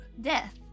Death